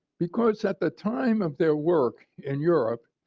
because at the time of their work in europe,